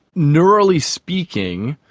neurally speaking,